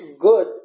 good